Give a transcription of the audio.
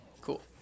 Cool